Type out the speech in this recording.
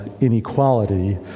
inequality